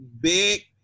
big